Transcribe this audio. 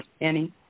Annie